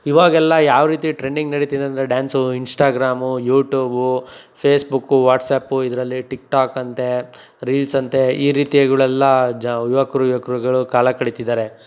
ಇವಾಗೆಲ್ಲ ಯಾವ ರೀತಿ ಟ್ರೇಡಿಂಗ್ ನಡೀತಿದೆ ಅಂದರೆ dance Instagram YouTube Facebook WhatsApp ಇದರಲ್ಲಿ ಟಿಕ್ ಟಾಕ್ ಅಂತೆ ರೀಲ್ಸ್ ಅಂತೆ ಈ ರೀತಿಗಳೆಲ್ಲ ಜ ಯುವಕರು ಯುವಕರುಗಳು ಕಾಲ ಕಳೀತಿದ್ದಾರೆ